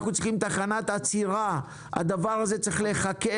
אנחנו צריכים תחנת עצירה, הדבר הזה צריך להיחקר.